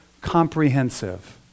comprehensive